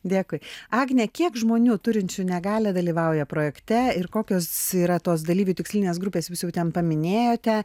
dėkui agne kiek žmonių turinčių negalią dalyvauja projekte ir kokios yra tos dalyvių tikslinės grupės jūs jau ten paminėjote